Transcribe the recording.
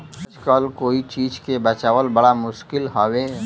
आजकल कोई चीज के बचावल बड़ा मुश्किल हौ